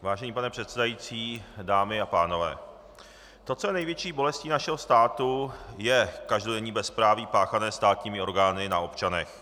Vážený pane předsedající, dámy a pánové, to, co je největší bolestí našeho státu, je každodenní bezpráví páchané státními orgány na občanech.